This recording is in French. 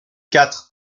quatre